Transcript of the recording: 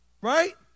right